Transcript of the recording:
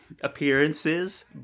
appearances